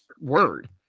word